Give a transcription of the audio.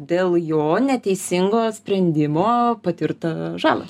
dėl jo neteisingo sprendimo patirtą žalą